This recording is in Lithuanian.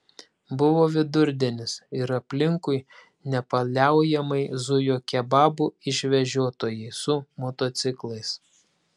buvo vidurdienis ir aplinkui nepaliaujamai zujo kebabų išvežiotojai su motociklais